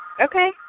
Okay